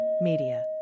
media